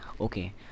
Okay